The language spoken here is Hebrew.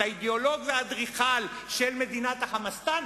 את האידיאולוג והאדריכל של מדינת החמסטאן,